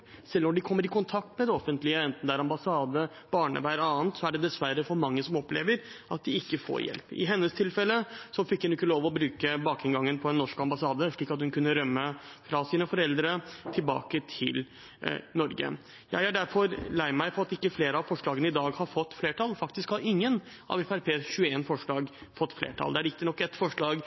Selv når de kommer i kontakt med det offentlige – enten det er ambassade, barnevern eller annet – er det dessverre for mange som opplever at de ikke får hjelp. I hennes tilfelle fikk hun ikke lov til å bruke bakinngangen på en norsk ambassade slik at hun kunne rømme fra sine foreldre og tilbake til Norge. Jeg er derfor lei meg for at ikke flere av forslagene i dag har fått flertall. Faktisk har ingen av Fremskrittspartiets 21 forslag i representantforslaget fått flertall. Det er riktignok ett forslag